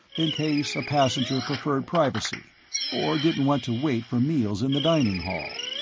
in case a passenger preferred privacy or didn't want to wait for meals in the dining hall.